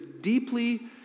deeply